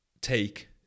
take